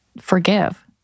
forgive